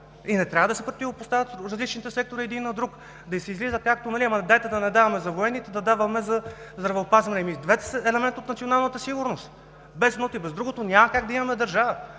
Не трябва да се противопоставят различните сектори един на друг, да излиза някой и да казва: „Ама, дайте да не даваме за военните, да даваме за здравеопазване!“ И двете са елемент от националната сигурност – без едното и без другото няма как да имаме държава.